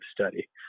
study